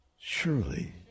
surely